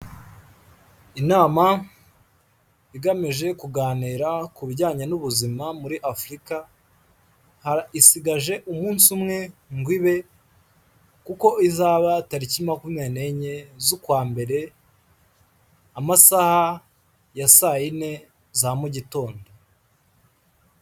Inama igamije kuganira ku bijyanye n'ubuzima muri Afurika, isigaje umunsi umwe ngo ibe kuko izaba tariki makumyabiri n'enye z'ukwa mbere, amasaha ya saayine za mu gitondo.